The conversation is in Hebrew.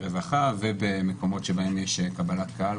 רווחה ובמקומות שבהם יש קבלת קהל.